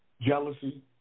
jealousy